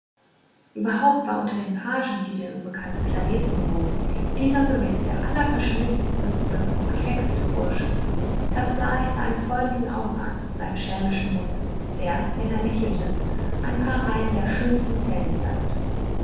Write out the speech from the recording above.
überhaupt war unter den pagen die den unbekannten planeten bewohnten dieser gewiß der allerverschmitzteste und keckste bursche das sah ich seinen feurigen augen an und seinem schelmischen munde der wenn er lächelte ein paar reihen der schönsten zähne zeigte